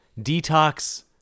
detox